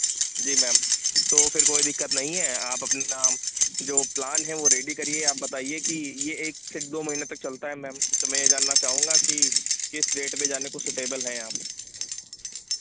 जी ma'am तो फिर कोई दिक्कत नहीं है आप अपना जो प्लान है वह रेडी करिये आप बताइए कि ये एक से दो महीने तक चलता है मैम तो मैं ये जानना चाहूँगा कि किस डेट में जाने के लिए सुटेबल हैं आप